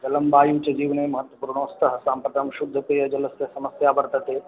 जलं वायुः च जीवने महत्त्वपूर्णौ स्तः साम्प्रतं शुद्धतया जलस्य समस्या वर्तते